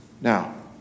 Now